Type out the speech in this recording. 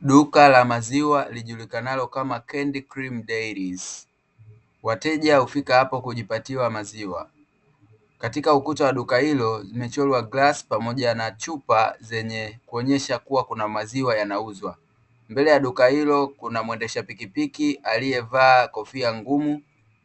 Duka la maziwa lijulikanalo kama “Candy cream Diary” wateja hufika apo kujipatia maziwa, katika ukuta wa duka hilo kumechorwa glasi pamoja na chupa zenye kuonesha kua kuna maziwa yanauzwa, mbele ya duka hilo kuna muendesha pikipiki aliyevaa kofia ngumu